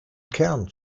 kern